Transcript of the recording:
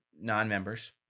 non-members